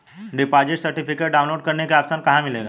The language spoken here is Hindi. डिपॉजिट सर्टिफिकेट डाउनलोड करने का ऑप्शन कहां मिलेगा?